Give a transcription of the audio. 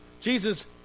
Jesus